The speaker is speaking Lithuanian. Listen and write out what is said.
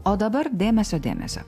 o dabar dėmesio dėmesio